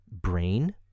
brain